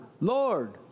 Lord